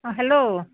অঁ হেল্ল'